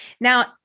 Now